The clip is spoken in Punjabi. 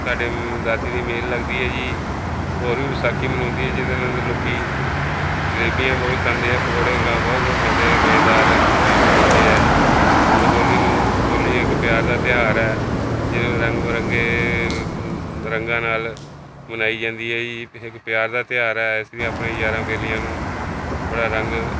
ਸਾਡੇ ਵਿਸਾਖੀ ਦੀ ਮੇਲ ਲੱਗਦੀ ਹੈ ਜੀ ਹੋਰ ਵੀ ਵਿਸਾਖੀ ਮਨਾਉਂਦੀ ਜਿਹਦੇ ਨਾਲ ਲੋਕ ਜਲੇਬੀਆਂ ਬਹੁਤ ਖਾਂਦੇ ਆ ਪਕੋੜੇ ਖਾ ਬਹੁਤ ਕੁ ਖਾਂਦੇ ਆ ਮਜ਼ੇਦਾਰ ਖਾਣ ਨੂੰ ਮਿਲਦੇ ਹੈ ਜਦੋਂ ਹੋਲੀ ਨੂੰ ਹੋਲੀ ਇੱਕ ਪਿਆਰ ਦਾ ਤਿਉਹਾਰ ਹੈ ਜਿਹਦੇ ਵਿੱਚ ਰੰਗ ਬਿਰੰਗੇ ਰੰਗਾਂ ਨਾਲ ਮਨਾਈ ਜਾਂਦੀ ਹੈ ਜੀ ਇਹ ਇੱਕ ਪਿਆਰ ਦਾ ਤਿਉਹਾਰ ਹੈ ਅਸੀਂ ਆਪਣੇ ਯਾਰਾਂ ਬੇਲੀਆਂ ਨੂੰ ਬੜਾ ਰੰਗ